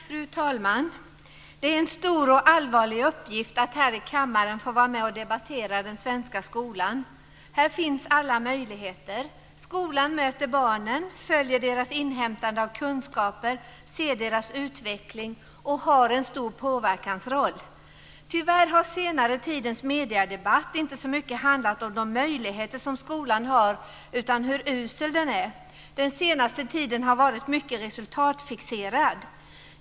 Fru talman! Det är en stor och allvarlig uppgift att här i kammaren få vara med och debattera den svenska skolan. Här finns alla möjligheter. Skolan möter barnen, följer deras inhämtande av kunskaper, ser deras utveckling och har en stor påverkansroll. Tyvärr har senare tidens mediedebatt inte så mycket handlat om de möjligheter som skolan har utan hur usel den är. Den senaste tiden har varit mycket resultatfixerad.